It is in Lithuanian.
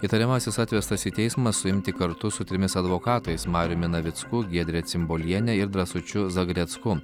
įtariamasis atvestas į teismą suimti kartu su trimis advokatai mariumi navicku giedre cimboliene ir drąsučiu zagrecku